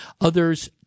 Others